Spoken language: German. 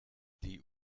die